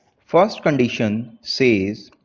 first condition says,